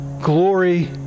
glory